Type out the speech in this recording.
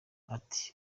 ati